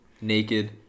Naked